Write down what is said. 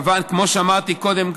כמו שאמרתי קודם,